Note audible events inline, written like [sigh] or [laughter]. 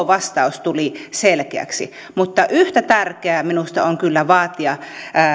[unintelligible] vastaus tuli selkeäksi mutta yhtä tärkeää minusta on kyllä vaatia